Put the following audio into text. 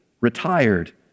Retired